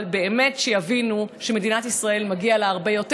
אבל באמת שיבינו שלמדינת ישראל מגיע הרבה יותר,